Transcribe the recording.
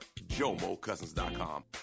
JomoCousins.com